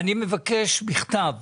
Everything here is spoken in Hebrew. אני מבקש בכתב